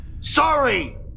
sorry